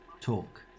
talk